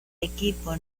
equipo